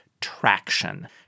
traction